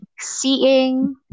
seeing